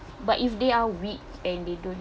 but if they are weak and they don't